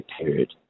period